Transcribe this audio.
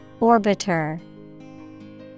Orbiter